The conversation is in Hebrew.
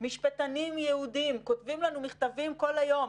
משפטנים יהודים כותבים לנו מכתבים כל היום.